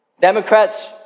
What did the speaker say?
Democrats